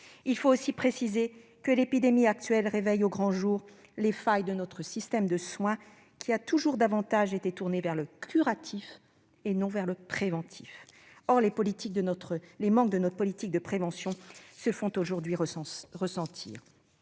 Il faut aussi le préciser, l'épidémie actuelle révèle au grand jour les failles de notre système de soins, qui a toujours été plus tourné vers le curatif que le préventif. Or les manques de notre politique de prévention se font aujourd'hui ressentir.